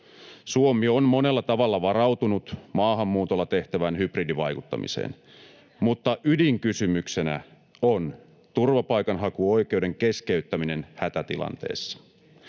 Suomi on monella tavalla varautunut maahanmuutolla tehtävään hybridivaikuttamiseen. [Vasemmalta: Juuri näin!] Mutta ydinkysymyksenä on turvapaikanhakuoikeuden keskeyttäminen hätätilanteessa.